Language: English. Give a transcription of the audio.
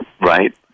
right